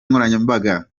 nkoranyambaga